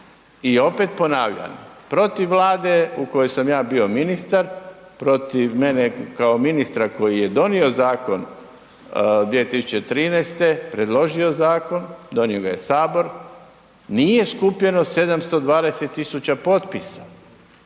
i opet ponavljam, protiv Vlade u kojoj sam ja bio ministar, protiv mene kao ministra koji je donio zakon 2013. predložio zakon, donio ga je Sabor, nije skupljeno 720 000 potpisa,